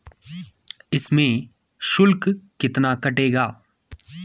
इसमें शुल्क कितना कटेगा?